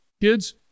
kids